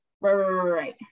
Right